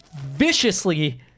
viciously